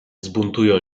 zbuntują